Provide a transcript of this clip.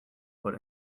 but